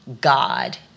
God